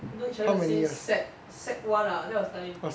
we know each other since sec sec one ah that was like